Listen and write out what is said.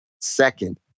Second